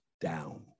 down